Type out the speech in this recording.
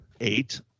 Eight